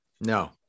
No